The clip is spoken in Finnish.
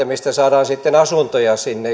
mistä saadaan sitten asuntoja sinne